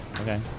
Okay